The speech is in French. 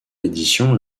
édition